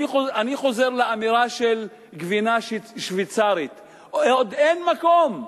אני חוזר לאמירה של גבינה שוויצרית: עוד אין מקום,